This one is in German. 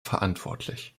verantwortlich